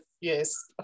Yes